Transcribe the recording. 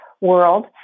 world